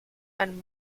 and